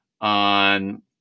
on